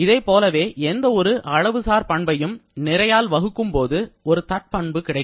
இதைப் போலவே எந்த ஒரு அளவு சார் பண்பையும் நிறையால் வகுக்கும்போது ஒரு தற்பண்பு கிடைக்கும்